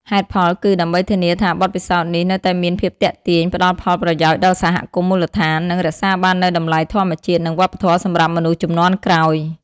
ហេតុផលគឺ ដើម្បីធានាថាបទពិសោធន៍នេះនៅតែមានភាពទាក់ទាញ ផ្ដល់ផលប្រយោជន៍ដល់សហគមន៍មូលដ្ឋាន និងរក្សាបាននូវតម្លៃធម្មជាតិនិងវប្បធម៌សម្រាប់មនុស្សជំនាន់ក្រោយ។